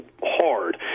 hard